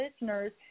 listeners